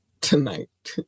tonight